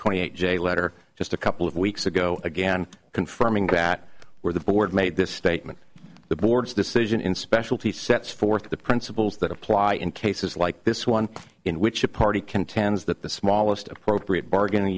twenty eight j letter just a couple of weeks ago again confirming that where the board made this statement the board's decision in specialty sets forth the principles that apply in cases like this one in which a party contends that the smallest appropriate bargaining